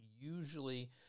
usually